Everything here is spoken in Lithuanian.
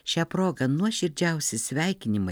šia proga nuoširdžiausi sveikinimai